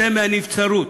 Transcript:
צא מהנבצרות.